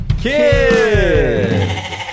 kids